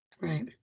Right